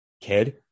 kid